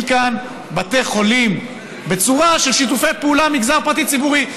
כאן בתי חולים בצורה של שיתופי פעולה של המגזר הפרטי והציבורי.